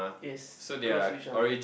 is close to each other